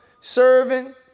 serving